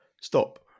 stop